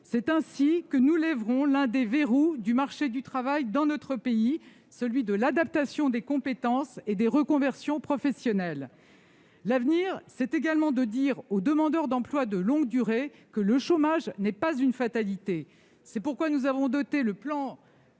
C'est ainsi que nous lèverons l'un des verrous du marché du travail dans notre pays, celui de l'adaptation des compétences et des reconversions professionnelles. L'avenir, c'est également de dire aux demandeurs d'emploi de longue durée que le chômage n'est pas une fatalité. C'est pourquoi nous avons doté le plan